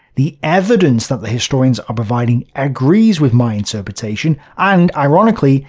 the evidence that the historians are providing agrees with my interpretation, and, ironically,